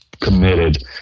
committed